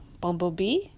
bumblebee